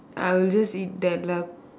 I'll just eat that lah